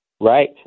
right